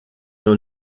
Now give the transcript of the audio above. nur